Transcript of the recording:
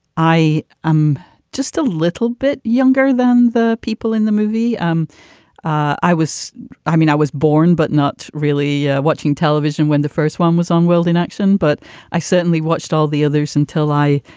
i am just a little bit younger than the people in the movie. i was i mean, i was born but not really watching television when the first one was on world in action. but i certainly watched all the others until i